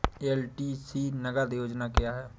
LTC नगद योजना क्या है?